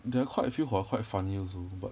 there are quite a few who are quite funny also but